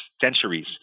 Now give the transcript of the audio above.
centuries